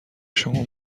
شما